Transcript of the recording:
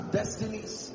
destinies